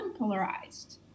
unpolarized